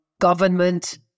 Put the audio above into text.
government